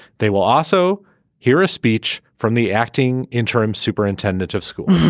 they will also hear a speech from the acting interim superintendent of school